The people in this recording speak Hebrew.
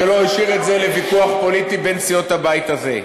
ולא השאיר את זה לוויכוח פוליטי בין סיעות הבית הזה.